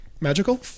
Magical